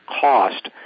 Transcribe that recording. cost